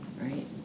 right